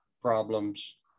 problems